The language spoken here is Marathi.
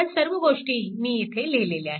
ह्या सर्व गोष्टी मी येथे लिहिलेल्या आहेत